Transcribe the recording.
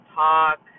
talk